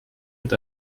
mit